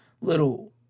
little